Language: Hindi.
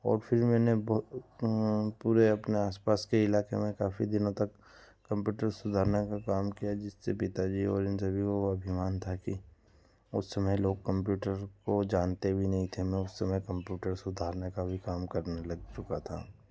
और फिर मैंने बहुत पूरे अपने आस पास के इलाके में काफी दिनों तक कंप्यूटर सुधारने का काम किया जिससे पिता जी और इन सभी को अभिमान था कि उस समय लोग कंप्यूटर को जानते भी नहीं थे मैं उस समय कंप्यूटर सुधारने का भी काम करने लग चुका था